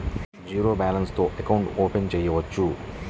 Zero balance తో account open చేయవచ్చు?